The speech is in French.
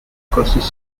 cursus